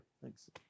Thanks